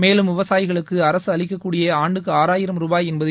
மேலும் விவசாயிகளுக்கு அரசு அளிக்கக்கூடிய ஆண்டுக்கு ஆறாயிரம் ரூபாய் என்பது